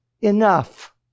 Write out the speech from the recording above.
enough